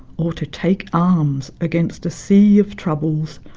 or to take arms against a sea of troubles.